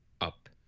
up